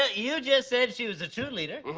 ah you just said she was a true leader,